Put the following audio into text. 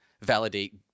validate